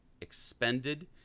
expended